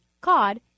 cod